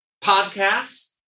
podcasts